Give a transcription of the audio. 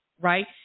right